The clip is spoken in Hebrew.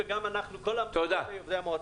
נפגשתי באופן אישי וגם כל חברי המועצה.